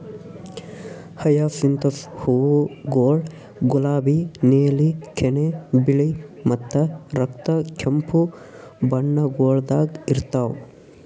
hyacinthus ಹೂವುಗೊಳ್ ಗುಲಾಬಿ, ನೀಲಿ, ಕೆನೆ, ಬಿಳಿ ಮತ್ತ ರಕ್ತ ಕೆಂಪು ಬಣ್ಣಗೊಳ್ದಾಗ್ ಇರ್ತಾವ್